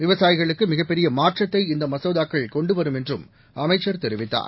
விவசாயிகளுக்கு மிகப்பெரிய மாற்றத்தை இந்த மசோதாக்கள் கொண்டு வரும் என்றும் அமைச்சா் தெரிவித்தார்